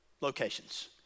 locations